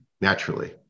naturally